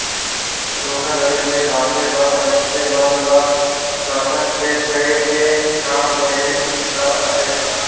धोखाघड़ी ले बाचे बर मइनसे मन ल सरलग चेत कइर के काम लेहे कर अहे